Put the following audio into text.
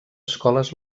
escoles